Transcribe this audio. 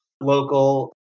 local